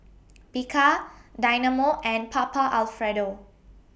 Bika Dynamo and Papa Alfredo